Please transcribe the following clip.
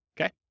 Okay